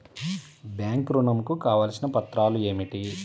Bank ఋణం కు కావలసిన పత్రాలు ఏమిటి?